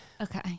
okay